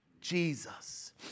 Jesus